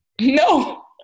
No